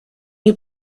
you